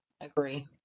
Agree